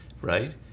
right